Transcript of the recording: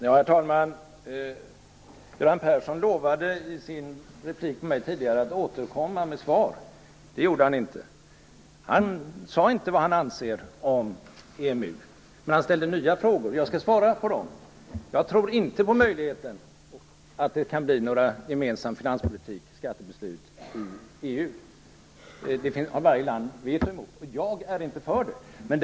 Herr talman! Göran Persson lovade i sin replik till mig tidigare att återkomma med svar. Det gjorde han inte. Han sade inte vad han anser om EMU, men han ställde nya frågor. Jag skall svara på dem. Jag tror inte på möjligheten till någon gemensam finanspolitik eller gemensamma skattebeslut i EU. Det har varje land vetorätt emot, och jag själv är inte för detta.